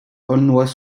aulnois